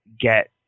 get